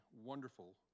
wonderful